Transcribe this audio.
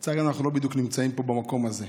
לצערי, אנחנו לא בדיוק נמצאים במקום הזה.